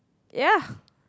ya